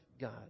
God